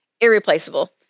irreplaceable